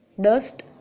dust